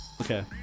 Okay